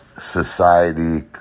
society